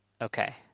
Okay